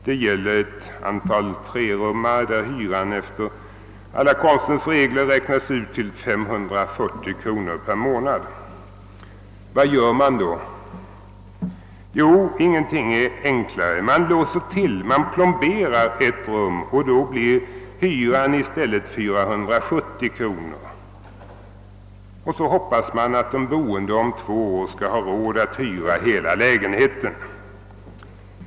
Det gäller ett antal 3-rummare, där hy ran efter alla konstens regler räknats ut till 540 kronor per månad. Vad gör man då? Jo, ingenting är enklare! Man låser till och plomberar ett rum, och då blir den allmännyttiga hyran i stället 470 kronor per månad. Så hoppas man att de boende om två år skall ha råd att hyra hela lägenheten!